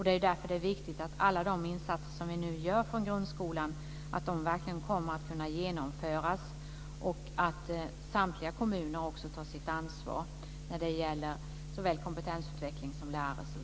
Det är därför som det är viktigt att alla de insatser som vi nu gör från grundskolan verkligen kommer att kunna genomföras och att samtliga kommuner också tar sitt ansvar när det gäller såväl kompetensutveckling som lärarresurser.